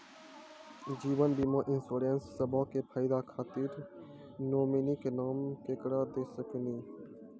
जीवन बीमा इंश्योरेंसबा के फायदा खातिर नोमिनी के नाम केकरा दे सकिनी?